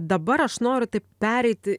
dabar aš noriu taio pereiti